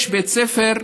יש בית ספר,